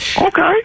Okay